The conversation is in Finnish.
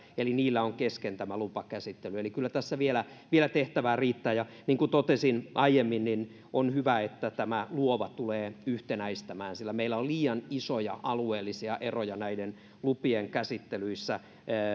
eli niillä on kesken tämä lupakäsittely eli kyllä tässä vielä vielä tehtävää riittää niin kuin totesin aiemmin niin on hyvä että luova tulee yhtenäistämään käytäntöjä sillä meillä on liian isoja alueellisia eroja näiden lupien käsittelyissä